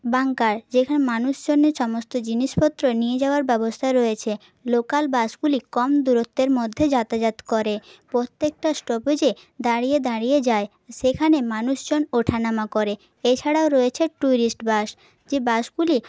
bunker যেখানে মানুষজনের সমস্ত জিনিসপত্র নিয়ে যাওয়ার ব্যবস্থা রয়েছে লোকাল বাসগুলি কম দূরত্বের মধ্যে যাতাযাত করে প্রত্যেকটা স্টপেজে দাঁড়িয়ে দাঁড়িয়ে যায় সেখানে মানুষজন ওঠা নামা করে এছাড়াও রয়েছে টুরিস্ট বাস যে বাসগুলি